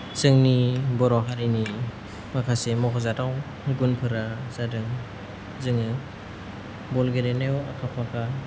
जोंनि बर' हारिनि माखासे मख'जाथाव गुनफोरा जादों जोङो बल गेलेनायाव आखा फाखा